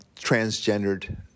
transgendered